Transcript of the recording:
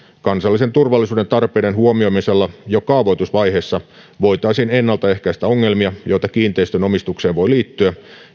kansallisen turvallisuuden tarpeiden huomioimisella jo kaavoitusvaiheessa voitaisiin ennaltaehkäistä ongelmia joita kiinteistönomistukseen voi liittyä